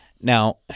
Now